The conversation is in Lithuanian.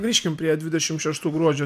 grįžkim prie dvidešim šeštų gruodžio